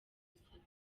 museveni